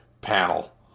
panel